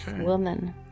woman